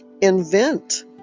invent